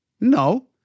No